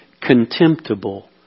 contemptible